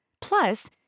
Plus